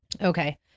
Okay